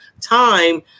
time